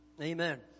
Amen